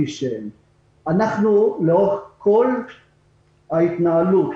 לאורך כל התנהלות